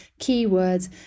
keywords